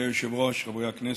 אדוני היושב-ראש, חברי הכנסת,